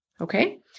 okay